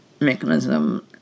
mechanism